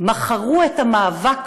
מכרו את המאבק,